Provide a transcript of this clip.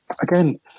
Again